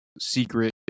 secret